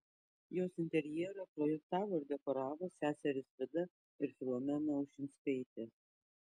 jos interjerą projektavo ir dekoravo seserys vida ir filomena ušinskaitės